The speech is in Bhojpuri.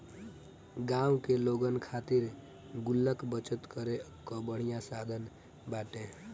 गांव के लोगन खातिर गुल्लक बचत करे कअ बढ़िया साधन बाटे